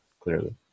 Clearly